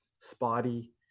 spotty